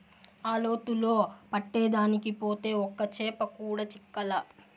ఆ లోతులో పట్టేదానికి పోతే ఒక్క చేప కూడా చిక్కలా